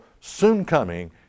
soon-coming